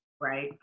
right